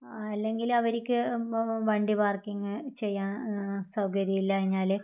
അല്ലെങ്കിൽ അവർക്ക് വണ്ടി പാർക്കിങ്ങ് ചെയ്യാൻ സൗകര്യം ഇല്ലാഞ്ഞാൽ